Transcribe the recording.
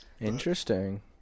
Interesting